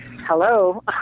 hello